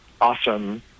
awesome